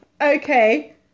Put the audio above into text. Okay